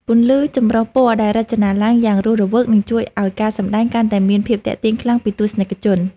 ពន្លឺចម្រុះពណ៌ដែលរចនាឡើងយ៉ាងរស់រវើកនឹងជួយឱ្យការសម្ដែងកាន់តែមានភាពទាក់ទាញខ្លាំងពីទស្សនិកជន។